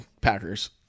Packers